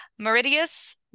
meridius